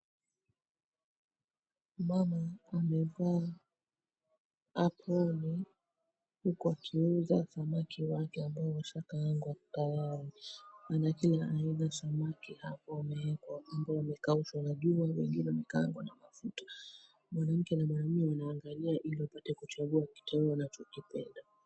Mama amevaa aproni huku akiuza samaki wake ambao washakaangwa tayari. Ana kila aina ya samaki hapo wameekwa wakiwa wamekaushwa na jua, wengine wamekaangwa na mafuta. Mwanamke na mwanaume wanaangalia ili wapate kuchangua kipande wanachokipenda.